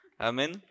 Amen